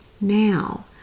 Now